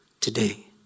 today